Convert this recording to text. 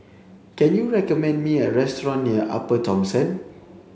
can you recommend me a restaurant near Upper Thomson